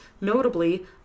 notably